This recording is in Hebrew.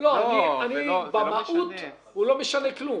45 ימים מיום פרסומן (להלן - יום התחילה).